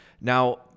Now